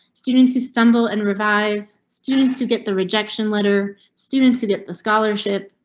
students who stumble and revise students who get the rejection letter. students who get the scholarship.